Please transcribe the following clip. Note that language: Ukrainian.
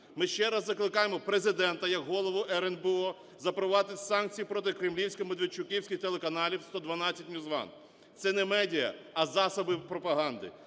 Ми ще раз закликаємо Президента як голову РНБО запровадити санкції проти кремлівсько-медведчуківських телеканалів – "112", NewsOne. Це не медіа, а засоби пропаганди.